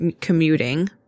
commuting